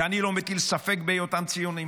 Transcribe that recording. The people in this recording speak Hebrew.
שאני לא מטיל ספק בהיותם ציונים,